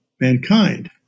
mankind